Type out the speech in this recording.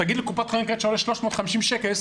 תגיד לקופת חולים: תשלמי 350 שקל.